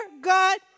God